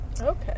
Okay